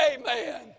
Amen